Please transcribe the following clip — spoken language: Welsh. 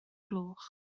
gloch